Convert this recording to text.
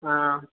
ஆ